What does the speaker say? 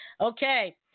okay